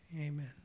amen